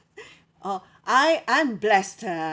oh I I am blessed uh